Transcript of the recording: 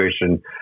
situation